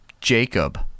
Jacob